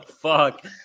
Fuck